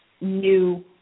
new